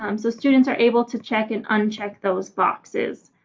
um so students are able to check and uncheck those boxes